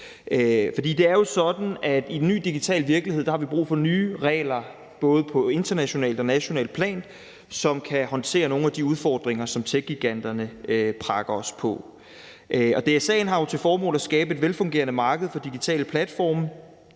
For det er jo sådan, at i den nye digitale virkelighed har vi brug for nye regler på både internationalt og nationalt plan, som kan håndtere nogle af de udfordringer, som techgiganterne prakker os på. DSA'en har jo til formål at skabe et velfungerende marked for digitale platforme.